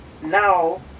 Now